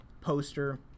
poster